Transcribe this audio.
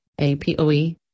APOE